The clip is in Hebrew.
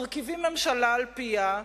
מרכיבים ממשלה על-פיה,